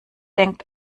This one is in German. denkt